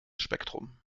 spektrum